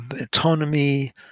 autonomy